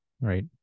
right